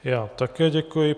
Já také děkuji.